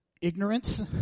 ignorance